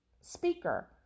speaker